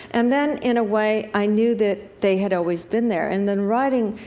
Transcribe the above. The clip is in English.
and then, in a way, i knew that they had always been there. and then writing,